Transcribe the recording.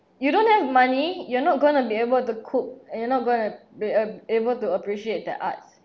you don't have money you're not going to be able to cook and you're not going to be a able to appreciate the arts